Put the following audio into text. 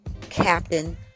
captain